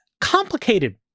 complicated